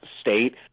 state